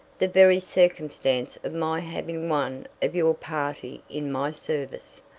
the very circumstance of my having one of your party in my service.